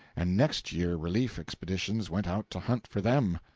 and next year relief expeditions went out to hunt for them.